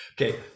okay